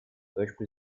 точку